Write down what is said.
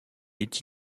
est